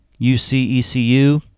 UC-ECU